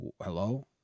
hello